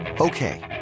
Okay